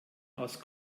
aus